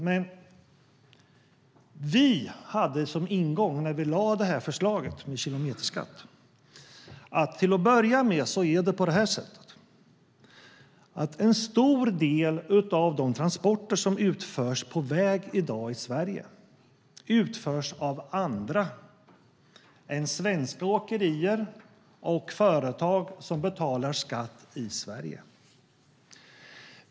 Men vi hade som ingång, när vi lade fram förslaget om kilometerskatt, att en stor del av de transporter som utförs på väg i dag i Sverige utförs av andra än svenska åkerier och företag som betalar skatt i Sverige.